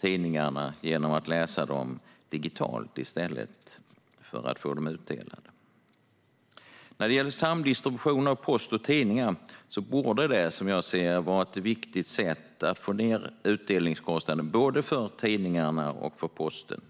tidningarna genom att läsa dem digitalt i stället för att få dem utdelade. Samdistribution av post och tidningar borde, som jag ser det, vara ett viktigt sätt att få ned utdelningskostnaden, både för tidningarna och för posten.